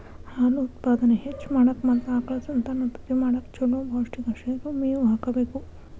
ಹಾಲು ಉತ್ಪಾದನೆ ಹೆಚ್ಚ್ ಮಾಡಾಕ ಮತ್ತ ಆಕಳ ಸಂತಾನೋತ್ಪತ್ತಿ ಮಾಡಕ್ ಚೊಲೋ ಪೌಷ್ಟಿಕಾಂಶ ಇರೋ ಮೇವು ಹಾಕಬೇಕು